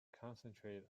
concentrate